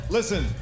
Listen